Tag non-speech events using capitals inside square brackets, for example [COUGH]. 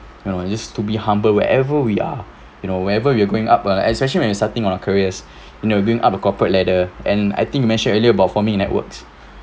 you know I just to be humble wherever we are you know wherever we're going up uh like especially when you're starting on a careers [BREATH] you know going up a corporate ladder and I think mentioned earlier about forming networks